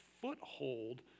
foothold